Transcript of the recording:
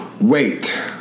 Wait